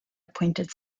appointed